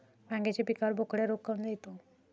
वांग्याच्या पिकावर बोकड्या रोग काऊन येतो?